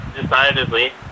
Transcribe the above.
decidedly